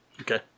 Okay